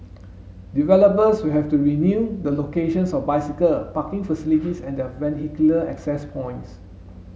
developers will have to review the locations of bicycle parking facilities and their vehicular access points